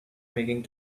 making